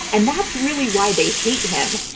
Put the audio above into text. and that's really why they hate him.